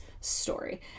story